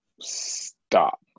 stop